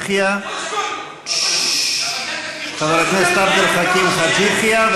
תכירו, חבר הכנסת עבד אל חכים חאג' יחיא.